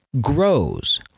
grows